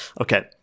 Okay